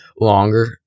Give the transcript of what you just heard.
longer